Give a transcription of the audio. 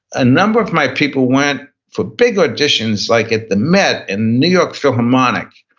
a number of my people went for big auditions like at the met and new york philharmonic,